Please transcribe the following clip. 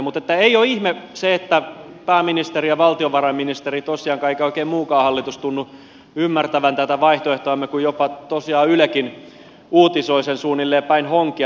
mutta ei ole ihme se että eivät tosiaan pääministeri ja valtiovarainministeri eikä oikein muukaan hallitus tunnu ymmärtävän tätä vaihtoehtoamme kun jopa yle uutisoi sen suunnilleen päin honkia